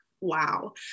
wow